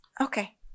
Okay